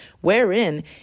Wherein